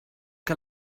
que